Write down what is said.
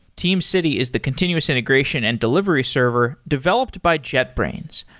teamcity is the continuous integration and delivery server developed by jetbrains.